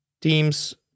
teams